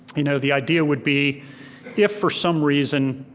you know the idea would be if for some reason